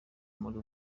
muri